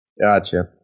Gotcha